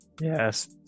Yes